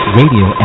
radio